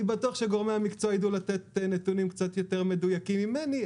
אני בטוח שגורמי המקצוע יידעו לתת נתונים קצת יותר מדויקים ממני,